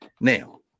Now